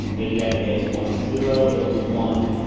if you have the bits one and zero, it'll be one,